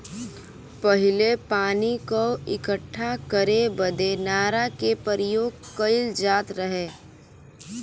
पहिले पानी क इक्कठा करे बदे नारा के परियोग कईल जात रहे